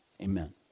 Amen